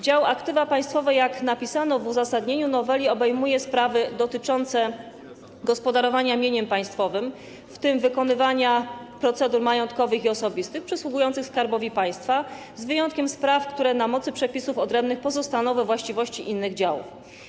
Dział aktywa państwowe, jak napisano w uzasadnieniu noweli, obejmuje sprawy dotyczące gospodarowania mieniem państwowym, w tym wykonywania procedur majątkowych i osobistych przysługujących Skarbowi Państwa, z wyjątkiem spraw, które na mocy przepisów odrębnych pozostaną we właściwości innych działów.